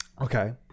okay